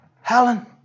Helen